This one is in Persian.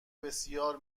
بسیار